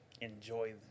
enjoy